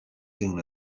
soon